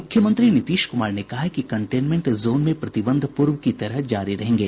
मुख्यमंत्री नीतीश कुमार ने कहा है कि कंटेनमेंट जोन में प्रतिबंध पूर्व की तरह जारी रहेंगे